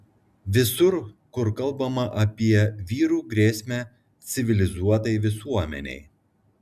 visur kur kalbama apie vyrų grėsmę civilizuotai visuomenei